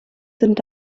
sind